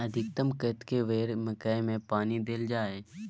अधिकतम कतेक बेर मकई मे पानी देल जाय?